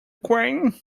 queen